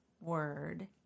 word